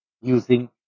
using